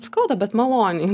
skauda bet maloniai